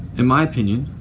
in my opinion,